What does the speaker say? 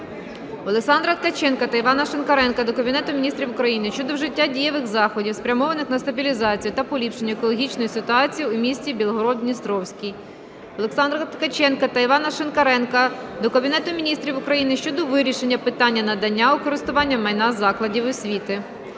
Олександра Ткаченка та Івана Шинкаренка до Кабінету Міністрів України щодо вжиття дієвих заходів, спрямованих на стабілізацію та поліпшення екологічної ситуації у місті Білгород-Дністровський. Олександра Ткаченка та Івана Шинкаренка до Кабінету Міністрів України щодо вирішення питання надання у користування майна закладів освіти.